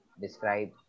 describe